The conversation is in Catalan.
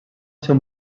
ser